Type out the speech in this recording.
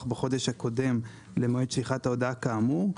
בחודש הקודם למועד שליחת ההודעה כאמור,